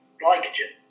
glycogen